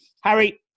Harry